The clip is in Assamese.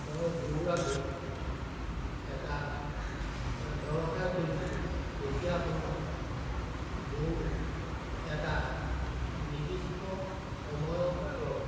মই দৌৰাটো এটা অধ্যৱসায় কৰিছিলোঁ যেতিয়া মই দৌৰো এটা নিৰ্দিষ্ট সময়ৰ ভিতৰত